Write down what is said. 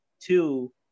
two